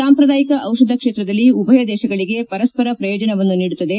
ಸಾಂಪ್ರದಾಯಿಕ ಡಿಷಧ ಕ್ಷೇತ್ರದಲ್ಲಿ ಉಭಯ ದೇಶಗಳಿಗೆ ಪರಸ್ಪರ ಪ್ರಯೋಜನವನ್ನು ನೀಡುತ್ತದೆ